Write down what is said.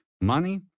money